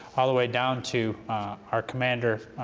all the way down to our commander,